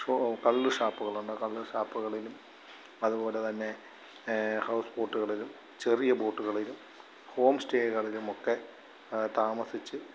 show കള്ള് ഷാപ്പ്കളുണ്ട് കള്ള് ഷാപ്പ്കളിലും അതുപോലെ തന്നെ ഹൗസ് ബോട്ട്കളിലും ചെറിയ ബോട്ട്കളിലും ഹോം സ്റ്റേകളിലുമൊക്കെ താമസിച്ച്